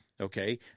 Okay